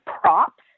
props